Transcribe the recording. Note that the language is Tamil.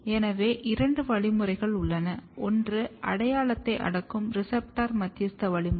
எனவே இரண்டு வழிமுறைகள் உள்ளன ஒன்று அடையாளத்தை அடக்கும் ரெசெப்டர் மத்தியஸ்த வழிமுறை